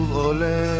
ole